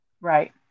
right